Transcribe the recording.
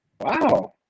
Wow